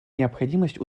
необходимость